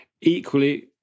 equally